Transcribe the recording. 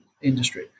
industry